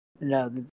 No